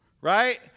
right